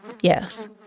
Yes